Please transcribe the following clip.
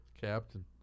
Captain